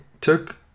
took